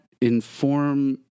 inform